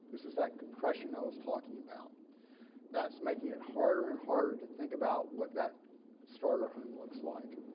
this is that compression i was talking about that's making it harder and harder to think about what that starter home looks like